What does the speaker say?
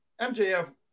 MJF